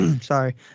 Sorry